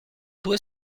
due